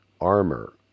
armor